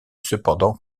cependant